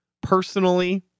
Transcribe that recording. personally